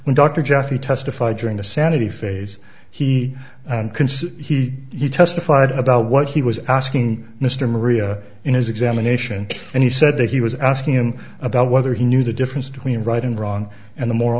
when dr jeffrey testified during the sanity phase he he he testified about what he was asking mr maria in his examination and he said that he was asking him about whether he knew the difference between right and wrong and the mor